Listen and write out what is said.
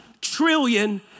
trillion